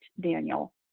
Daniel